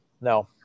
no